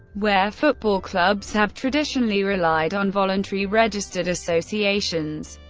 where football clubs have traditionally relied on voluntary registered associations,